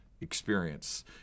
experience